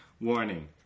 Warning